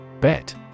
Bet